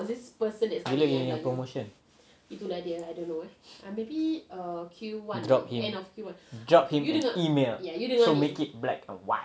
bila you punya promotion drop him drop him an email so make it black and white